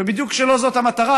ובדיוק כמו שזו לא המטרה,